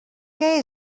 què